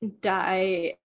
die